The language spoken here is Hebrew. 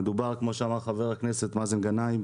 כמו שאמר חבר הכנסת מאזן גנאים,